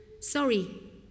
Sorry